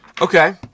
Okay